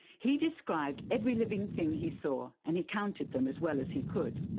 he described every living thing he saw and he counted them as well as he could.